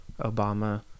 obama